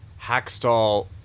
Hackstall